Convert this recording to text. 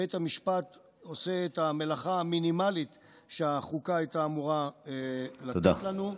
בית המשפט עושה את המלאכה המינימלית שהחוקה הייתה אמורה לתת לנו,